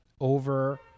over